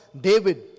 David